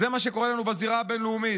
זה מה שקורה לנו בזירה הבין-לאומית.